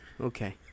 okay